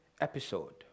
episode